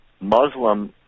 Muslim